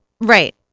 Right